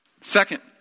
Second